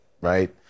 right